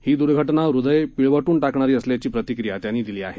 ही घटना हृदय पिळवटून टाकणारी असल्याची प्रतिक्रिया टोपे यांनी दिली आहे